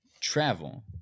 travel